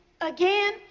again